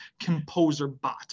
ComposerBot